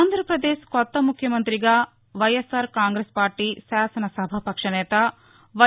ఆంధ్రాపదేశ్ కొత్త ముఖ్యమంతిగా వైఎస్సార్ కాంగ్రెస్ పార్టీ శాసనసభాపక్ష నేత వై